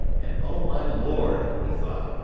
and oh my lord, he thought,